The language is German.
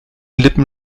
lippen